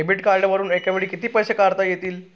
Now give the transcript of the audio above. Debit कार्डवरुन एका वेळी किती पैसे काढता येतात?